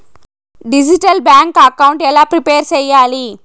Digital bank account ఎలా prepare సెయ్యాలి?